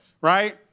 Right